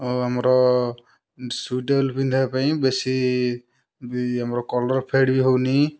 ଆଉ ଆମର ପିନ୍ଧିବା ପାଇଁ ବେଶୀ ବି ଆମର କଲର୍ ଫେଡ଼୍ ବି ହେଉନି